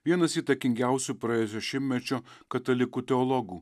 vienas įtakingiausių praėjusio šimtmečio katalikų teologų